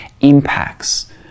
impacts